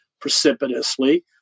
precipitously